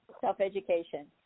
self-education